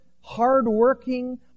hardworking